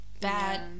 bad